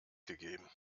gegeben